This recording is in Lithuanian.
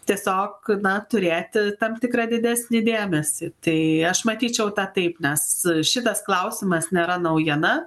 tiesiog na turėti tam tikrą didesnį dėmesį tai aš matyčiau tą taip nes šitas klausimas nėra naujiena